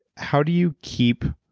how do you keep